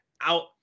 Out